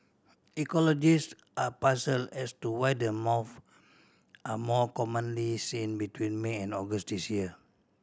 ecologists are puzzle as to why the moths are more commonly seen between May and August this year